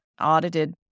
audited